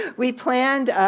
we planed